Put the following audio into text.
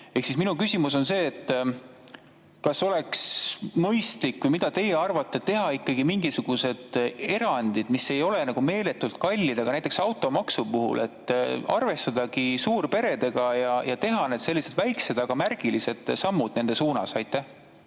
minu küsimus on see, kas oleks mõistlik – mida teie arvate? – teha ikkagi mingisugused erandid, mis ei ole meeletult kallid, näiteks automaksu puhul arvestadagi suurperedega ja teha sellised väiksed, aga märgilised sammud nende suunas. Aitäh,